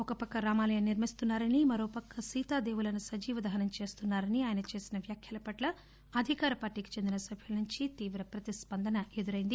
ఒక పక్క రామాలయం నిర్మిస్తున్నా రని మరో పక్క సీతా దేవులను సజీవ దహనం చేస్తున్నారని ఆయన చేసిన వ్యాఖ్యల పట్ల అధికార పార్టీకి చెందిన సభ్యుల నుంచి త్వివ పతిస్పందన ఎదురైంది